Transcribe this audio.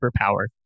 superpower